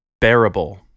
bearable